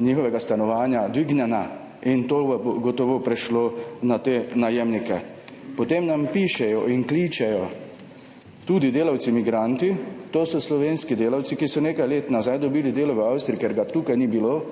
njihovega stanovanja dvignjena in to bo gotovo prešlo na te najemnike. Potem nam pišejo in kličejo tudi delavci migranti, to so slovenski delavci, ki so nekaj let nazaj dobili delo v Avstriji, ker ga tukaj ni bilo